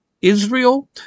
Israel